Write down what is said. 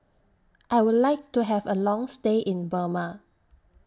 I Would like to Have A Long stay in Burma